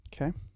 Okay